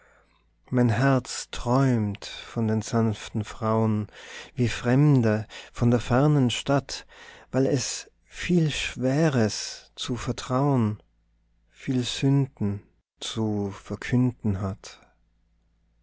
mein herz träumt von den sanften frauen wie fremde von der fernen stadt weil es viel schweres zu vertrauen viel sünden zu verkünden hat